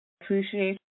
appreciate